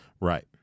Right